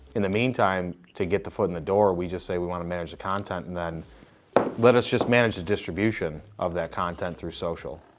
in the meantime, to get the foot in the door, we just say we wanna manage the content and then let us just manage the distribution of that content through social.